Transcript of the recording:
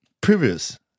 previous